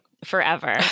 forever